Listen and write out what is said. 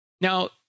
Now